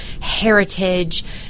heritage